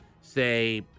say